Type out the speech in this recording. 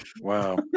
wow